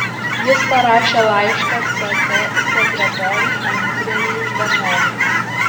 jis parašė laišką ck sekretoriui andrejui ždanovui